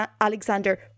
Alexander